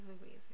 movies